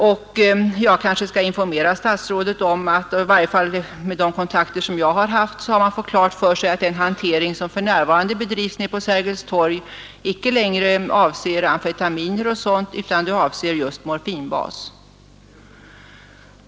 Och jag kanske skall informera statsrådet om att jag med de kontakter som jag har haft fått klart för mig att den hantering som bedrivs på Sergels torg inte längre avser amfetaminer utan den avser just morfinbas.